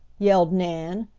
yelled nan,